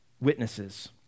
witnesses